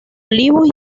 olivos